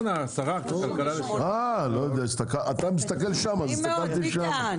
קודם כול, אני רוצה להגיד שאני מאוד מאוד מאוד